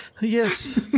Yes